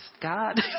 God